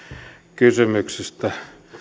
kysymyksestä